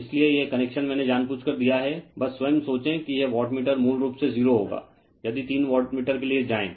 इसलिए यह कनेक्शन मैंने जानबूझकर दिया है बस स्वयं सोचें कि यह वाटमीटर मूल रूप से 0 होगा यदि 3 वाटमीटर के लिए जाएं